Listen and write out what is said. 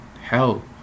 hell